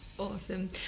awesome